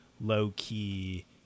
low-key